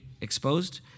exposed